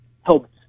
helped